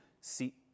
See